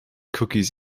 cookies